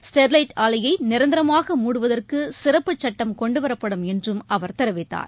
Sterlite ஆலையைநிரந்தரமாக மூடுவதற்குசிறப்புச் சட்டம் கொண்டுவரப்படும் என்றும் அவர் தெரிவித்தார்